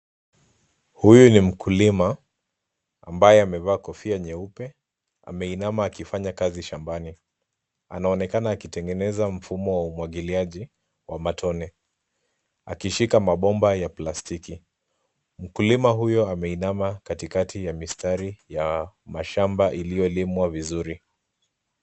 Huyu ni mkulima ambaye amevaa kofia nyeupe, ameinama akifanya kazi shambani. Anaonekana akitengeneza mfumo wa umwagiliaji, wa matone. Akishika mabomba ya plastiki. Mkulima huyo ameinama katikati ya mistari ya mashamba iliyolimwa vizuri.